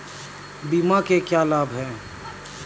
बीमा के क्या लाभ हैं?